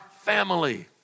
family